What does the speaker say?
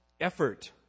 effort